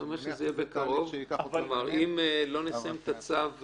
נכון, אבל זה יתייחס גם לסעיף